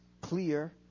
clear